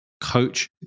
coach